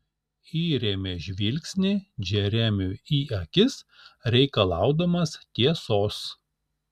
įrėmė žvilgsnį džeremiui į akis reikalaudamas tiesos